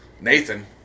Nathan